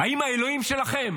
האם האלוהים שלכם